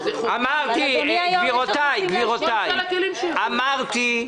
גבירותי ורבותיי, אמרתי: